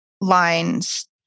lines